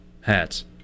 hats